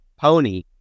pony